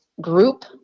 group